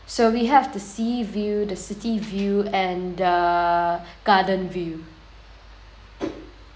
so we have the sea view the city view and the garden view